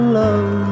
love